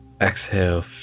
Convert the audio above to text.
exhale